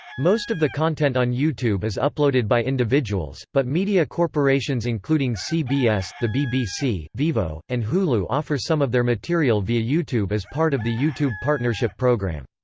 most of the content on youtube is uploaded by individuals, but media corporations including cbs, the bbc, vevo, and hulu offer some of their material via youtube as part of the youtube partnership program.